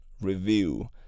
review